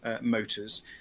Motors